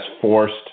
forced